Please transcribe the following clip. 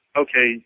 okay